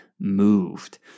moved